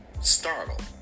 startled